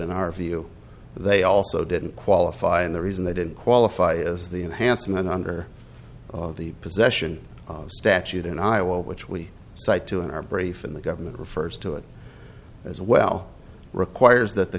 in our view they also didn't qualify and the reason they didn't qualify as the enhancement under the possession statute in iowa which we cite to in our brief in the government refers to it as well requires th